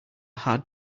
hard